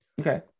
Okay